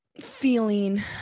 feeling